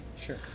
Sure